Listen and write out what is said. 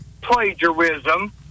plagiarism